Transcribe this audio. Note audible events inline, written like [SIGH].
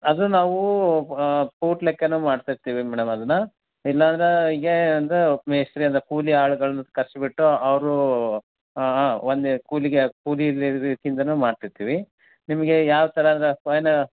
ಅದು ನಾವು ಪೂಟ್ ಲೆಕ್ಕನು ಮಾಡ್ತಿರ್ತೀವಿ ಮೇಡಮ್ ಅದನ್ನು ಇಲ್ಲಂದರೆ ಹೀಗೇ ಅಂದ ಮೇಸ್ತ್ರಿ ಅಂದರೆ ಕೂಲಿ ಆಳ್ಗಳನ್ನು ಕರೆಸ್ಬಿಟ್ಟು ಅವ್ರು ಒಂದೆ ಕೂಲಿಗೆ ಕೂಲಿ [UNINTELLIGIBLE] ಯಿಂದನು ಮಾಡ್ತಿರ್ತೀವಿ ನಿಮಗೆ ಯಾವ ಥರ ಆದ್ರೆ ಫೈನ